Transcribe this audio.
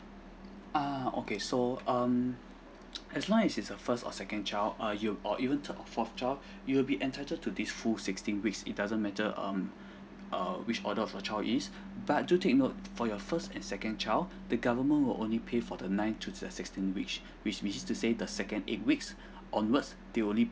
uh okay so um as long as it's a first or second child err you have or even third or fourth child you'll be entitled to this full sixteen weeks it doesn't matter um err which order of a child is but do take note for your first and second child the government will only pay for the ninth to the sixteenth week which mean to say the second eight weeks onwards they'll only